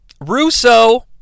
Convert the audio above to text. Russo